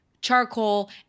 charcoal